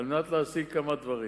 על מנת להשיג כמה דברים.